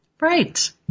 Right